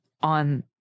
on